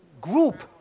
group